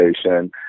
station